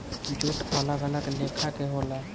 jute अलग अलग लेखा के होला